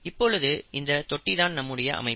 இப்பொழுது இந்த தொட்டி தான் நம்முடைய அமைப்பு